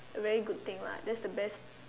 a very good thing lah that's the best